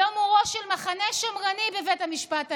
היום הוא ראש של מחנה שמרני בבית המשפט העליון.